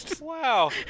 Wow